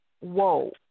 Whoa